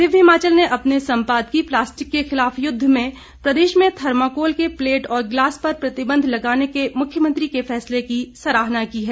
दिव्य हिमाचल ने अपने संपादकीय प्लास्टिक के खिलाफ युद्व में प्रदेश में थर्मोकोल के प्लेट और गिलास पर प्रतिबंध लगाने के मुख्यमंत्री के फैसले की सराहना की है